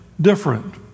different